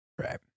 Right